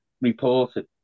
reported